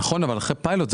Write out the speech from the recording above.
נכון, אבל אחרי פיילוט.